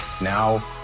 Now